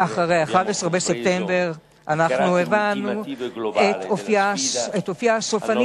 אחרי 11 בספטמבר הבנו את אופיה הסופני